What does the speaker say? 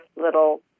little